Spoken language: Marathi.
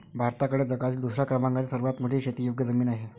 भारताकडे जगातील दुसऱ्या क्रमांकाची सर्वात मोठी शेतीयोग्य जमीन आहे